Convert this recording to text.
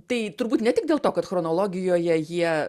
tai turbūt ne tik dėl to kad chronologijoje jie